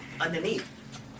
underneath